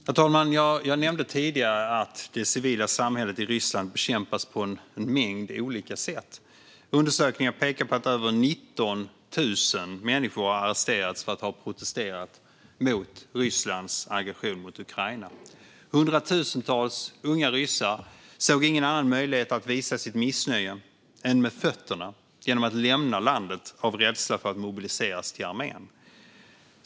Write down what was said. Herr talman! Jag nämnde tidigare att det civila samhället i Ryssland bekämpas på en mängd olika sätt. Undersökningar pekar på att över 19 000 människor har arresterats för att de har protesterat mot Rysslands aggression mot Ukraina. Hundratusentals unga ryssar såg ingen annan möjlighet att visa sitt missnöje än att med fötterna lämna landet av rädsla för att mobiliseras till armén.